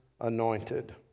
anointed